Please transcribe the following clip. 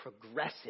progressive